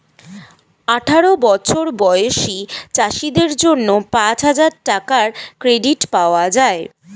আঠারো বছর বয়সী চাষীদের জন্য পাঁচহাজার টাকার ক্রেডিট পাওয়া যায়